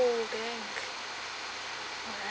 bank alright